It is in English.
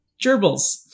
gerbils